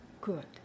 good